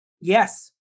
yes